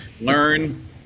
learn